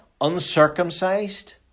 uncircumcised